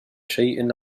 شيء